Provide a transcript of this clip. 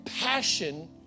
passion